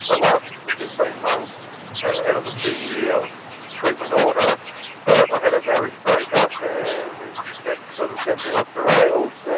i lasted for fifteen months out of a two-year treatment order, but i had a marriage break-up and that sort of sent me off the rails